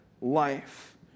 life